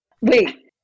Wait